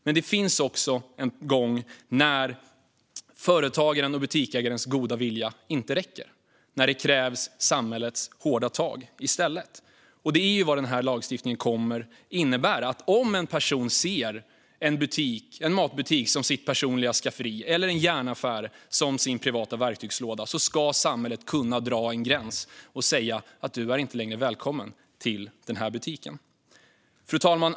Men det händer också att företagarens och butiksägarens goda vilja inte räcker utan samhällets hårda tag krävs. Det är vad den här lagstiftningen kommer att innebära. Om en person ser en matbutik som sitt personliga skafferi eller en järnaffär som sin privata verktygslåda ska samhället kunna dra en gräns och säga: Du är inte längre välkommen till den här butiken. Fru talman!